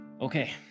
Okay